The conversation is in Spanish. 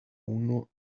uno